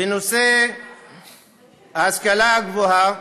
בנושא ההשכלה הגבוהה,